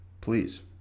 Please